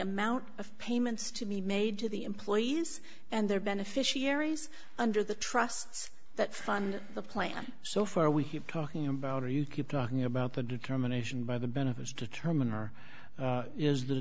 amount of payments to be made to the employees and their beneficiaries under the trusts that fund the plan so far we keep talking about are you keep talking about the determination by the benefits determine or is the